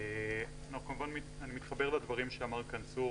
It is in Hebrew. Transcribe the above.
אני מתחבר לדברים שאמר כאן צור,